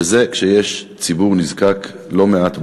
וזה כשיש בארץ ציבור נזקק לא קטן.